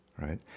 right